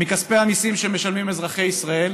ומכספי המיסים שמשלמים אזרחי ישראל,